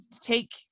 take